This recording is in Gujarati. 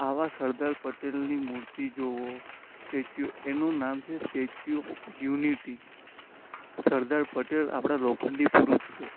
આવા સરદાર પટેલની મૂર્તિ જુઓ સ્ટેચ્યુ એનું નામ છે statue of unity Sardar Patel આપણા લોખંડી પુરુષ છે